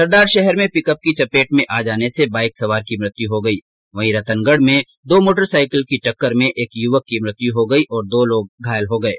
सरदारशहर में पिकअप की चपेट में आ जाने से बाइक सवार की मृत्यू हो गई वहीं रतनगढ़ में दो मोटरसाईकिल की टक्कर में एक युवक की मृत्यु हो गई और दो जने घायल हो गये